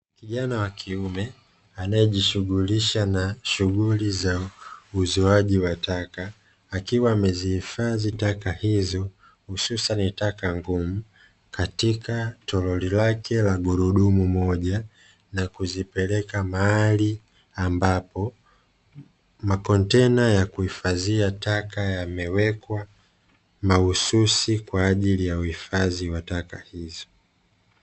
Kijana wa kiume anayejishughulisha na shughuli ya uzoaji wa taka akiwa amezihifadhi taka hizo, hususani taka ngumu katika toroli lake la gurudumu moja, na kuzipeleka mahali ambapo makontena ya kuhifadhia taka yamewekwa mahususi kwaajili ya uhifadhi wa taka hizo.